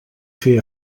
fer